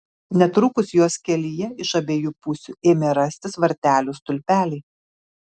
netrukus jos kelyje iš abiejų pusių ėmė rastis vartelių stulpeliai